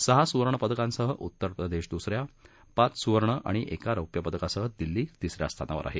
सहा सुवर्ण पदकांसह उत्तर प्रदेश दुसऱ्या पाच सुवर्ण आणि एका रौप्य पदकांसह दिल्ली तिसऱ्या स्थानावर आहे